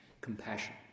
compassion